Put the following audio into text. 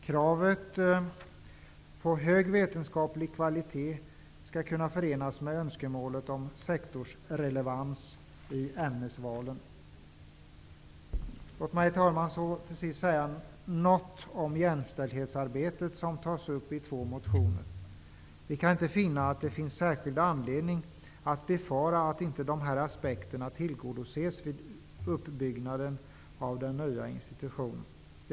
Kravet på hög vetenskaplig kvalitet skall kunna förenas med önskemålet om sektorsrelevans i ämnesvalen. Herr talman! Till sist vill jag säga något om jämställdhetsarbetet, vilket tas upp i två motioner. Vi kan inte finna att det finns särskild anledning att befara att denna aspekt inte tillgodoses vid uppbyggnaden av den nya institutionen.